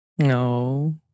No